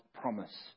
promise